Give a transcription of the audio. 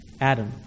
Adam